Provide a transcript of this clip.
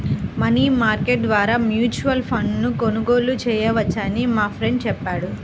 money market ద్వారా mutual ఫండ్ను కొనుగోలు చేయవచ్చని మా ఫ్రెండు చెప్పాడు